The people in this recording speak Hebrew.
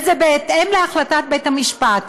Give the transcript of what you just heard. וזה בהתאם להחלטת בית המשפט.